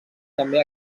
també